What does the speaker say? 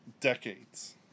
decades